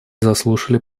заслушали